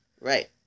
Right